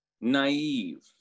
naive